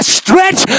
stretch